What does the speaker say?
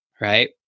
Right